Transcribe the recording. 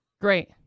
Great